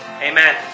Amen